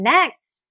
Next